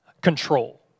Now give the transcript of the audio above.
control